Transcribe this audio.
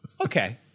Okay